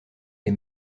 les